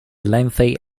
lengthy